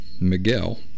Miguel